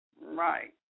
Right